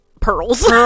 pearls